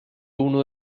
uno